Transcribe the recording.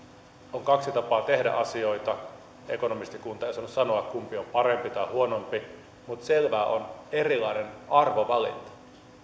on kaksi tapaa tehdä asioita ekonomistikunta ei osannut sanoa kumpi on parempi tai huonompi mutta selvää on erilainen arvovalinta